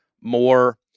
more